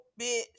bitch